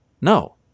No